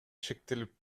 шектелип